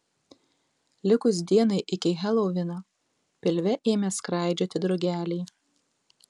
likus dienai iki helovino pilve ėmė skraidžioti drugeliai